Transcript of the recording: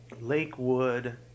Lakewood